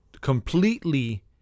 completely